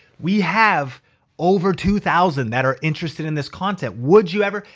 we have over two thousand that are interested in this content. would you ever?